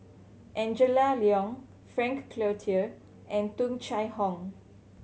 Angela Liong Frank Cloutier and Tung Chye Hong